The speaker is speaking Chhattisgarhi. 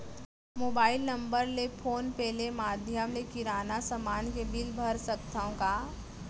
मोबाइल नम्बर ले फोन पे ले माधयम ले किराना समान के बिल भर सकथव का?